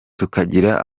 tukagira